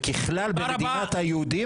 וככלל במדינת היהודים,